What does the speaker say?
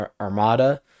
Armada